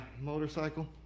motorcycle